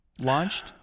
launched